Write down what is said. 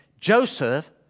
Joseph